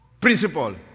Principle